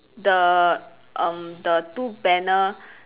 the um the two banner